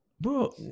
Bro